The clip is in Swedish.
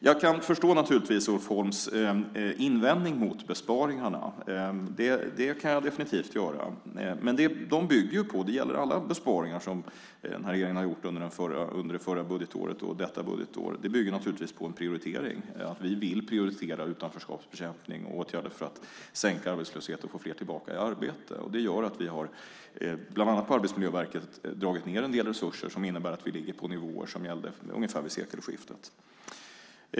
Jag kan naturligtvis förstå Ulf Holms invändning mot besparingarna. Det kan jag definitivt göra. Men de bygger naturligtvis på en prioritering, och det gäller alla besparingar som regeringen har gjort under förra budgetåret och detta budgetår. Vi vill prioritera utanförskapsbekämpning och åtgärder för att sänka arbetslösheten och få fler tillbaka i arbete. Det gör att vi bland annat på Arbetsmiljöverket dragit ned på en del resurser, vilket innebär att vi ligger på de nivåer som gällde ungefär vid sekelskiftet.